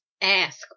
ask